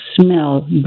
smell